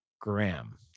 Graham